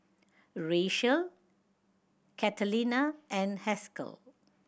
Rachael Catalina and Haskell